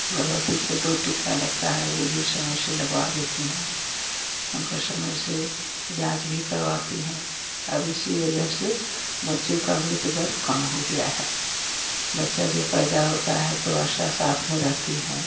गर्भवती को दो टीका लगता है वे भी समय से लगवा देती हैं उनका समय से जाँच भी करवाती हैं अब इसी वजह से बच्चों का मृत दर कम हो गया है बच्चा जो पैदा होता है तो आशा साथ में रहती हैं